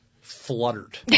fluttered